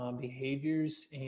Behaviors